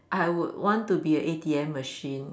I would want to be an A_T_M machine